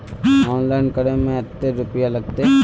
Online करे में ते रुपया लगते?